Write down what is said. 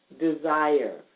desire